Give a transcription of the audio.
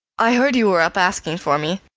i heard you were up asking for me.